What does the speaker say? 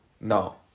no